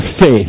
faith